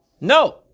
No